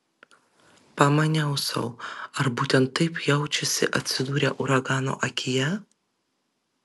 pamaniau sau ar būtent taip jaučiasi atsidūrę uragano akyje